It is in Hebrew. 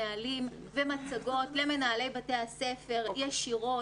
נהלים והצגות למנהלי בתי הספר ישירות